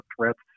threats